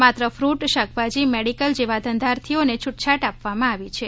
માત્ર ફટ શાકભાજી મેડિકલ જેવા ધંધાર્થીઓને છૂટછાટ આપવામા આવી છે